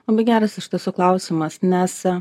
labai geras iš tiesų klausimas nes